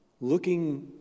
looking